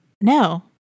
no